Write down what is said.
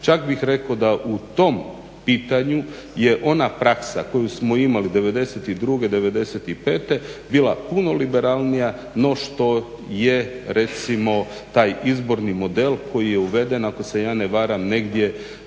Čak bih rekao da u tom pitanju je ona praksa koju smo imali '92., '95.bila puno liberalnija no što je recimo taj izborni model koji je uveden ako se ja ne varam negdje